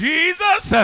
Jesus